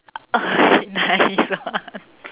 nice one